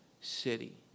city